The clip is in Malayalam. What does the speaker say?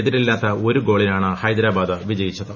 എതിരില്ലാത്ത ഒരും ഗോളിനാണ് ഹൈദരാബാദ് വിജയിച്ചത്